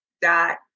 dot